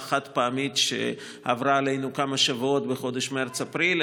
חד-פעמית שעברה עלינו כמה שבועות בחודש מרץ-אפריל,